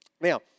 Now